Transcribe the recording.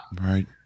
right